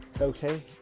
okay